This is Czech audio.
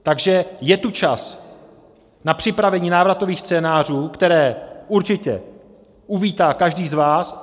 Takže je tu čas na připravení návratových scénářů, které určitě uvítá každý z vás.